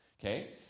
Okay